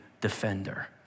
defender